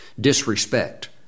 disrespect